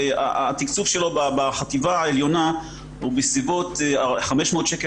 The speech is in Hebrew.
התקצוב שלו בחטיבה העליונה הוא בסביבות 500 שקל